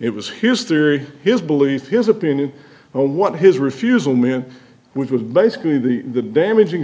it was his theory his belief his opinion on what his refusal mean which was basically the damaging